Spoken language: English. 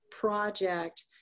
project